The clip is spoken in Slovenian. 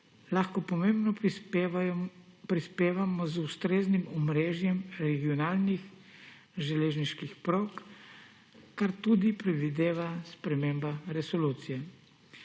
lahko pomembno prispevamo z ustreznim omrežjem regionalnih železniških prog, kar tudi predvideva sprememba resolucije.